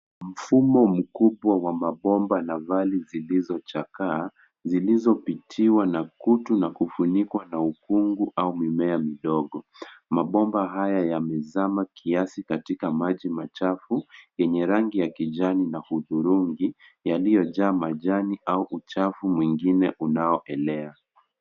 Mfumo mkubwa wa mabomba na vali zilizochakaa, zilizopitiwa na kutu na kufunikwa na ukungu au mimea midogo. Mabomba haya yamezama kiasi katika maji machafu yenye rangi ya kijani na hudhurungi yaliyojaa majani au uchafu mwingine unaoelea.